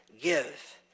Give